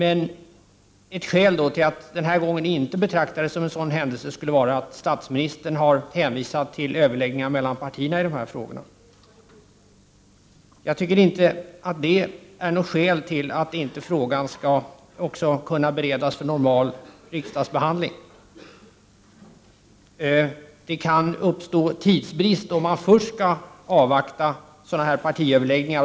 Ett skäl till att man den här gången inte skulle betrakta det som en sådan händelse skulle vara att statsministern har hänvisat till överläggningar mellan partierna i de här frågorna. Jag tycker inte att det är något skäl till att frågan inte skall kunna beredas vid normal riksdagsbehandling. Det kan uppkomma tidsbrist om man först skall avvakta partiöverläggningar.